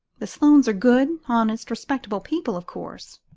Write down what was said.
the sloanes are good, honest, respectable people, of course.